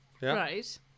right